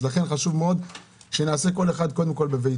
לכן חשוב שנעשה כל אחד בביתו,